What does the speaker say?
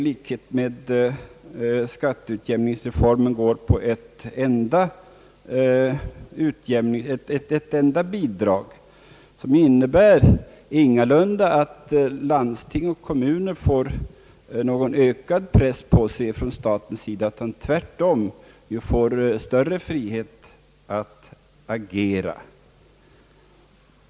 I likhet med vad som blir fallet enligt skatteutjämningsreformen föreslås ett enda bidrag, men detta bidrag innebär ingalunda att landsting och kommuner får någon ökad press på sig från statens sida, utan tvärtom får de större frihet att agera.